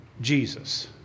Jesus